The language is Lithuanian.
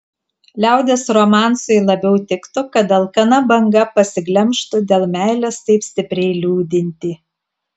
liaudies romansui labiau tiktų kad alkana banga pasiglemžtų dėl meilės taip stipriai liūdintį